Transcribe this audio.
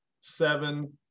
seven